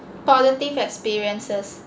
positive experiences